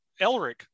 Elric